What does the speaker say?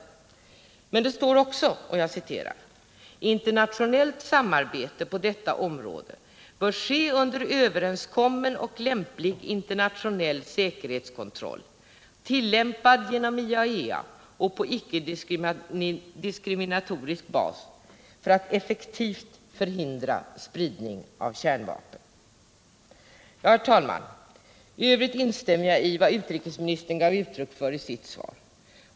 Men det står också: ”Internationellt samarbete på detta område bör ske under överenskommen och lämplig internationell säkerhetskontroll, tillämpad genom IAEA och på icke-diskriminatorisk bas för att effektivt förhindra spridning av kärnvapen.” Herr talman! I övrigt instämmer jag i vad utrikesministern gav uttryck för i sitt svar.